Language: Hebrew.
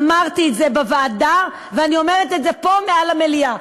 אמרתי את זה בוועדה ואני אומרת את זה פה במליאה.